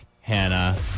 Hannah